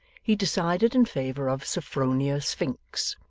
he decided in favour of sophronia sphynx,